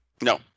No